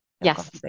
Yes